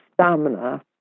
stamina